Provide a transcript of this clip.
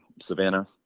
Savannah